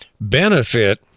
benefit